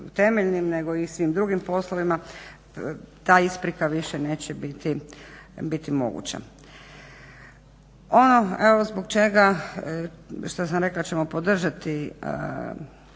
nego i svim drugim poslovima ta isprika više neće biti moguća. Ono evo zbog čega, što sam rekla da ćemo podržati